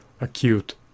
acute